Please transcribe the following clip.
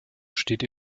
steht